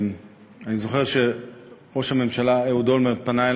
אני זוכר שראש הממשלה אהוד אולמרט פנה אלי